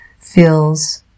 feels